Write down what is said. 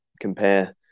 compare